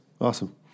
awesome